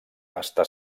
està